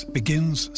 begins